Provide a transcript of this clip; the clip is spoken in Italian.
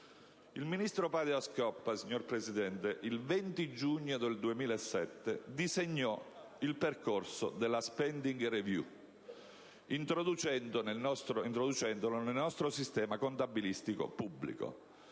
Il ministro Padoa-Schioppa nel 2007 disegnò il percorso della *spending review*, introducendolo nel nostro sistema contabilistico pubblico.